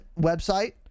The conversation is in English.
website